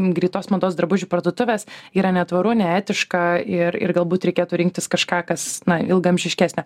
greitos mados drabužių parduotuvės yra netvaru neetiška ir ir galbūt reikėtų rinktis kažką kas na ilgaamžiškesnio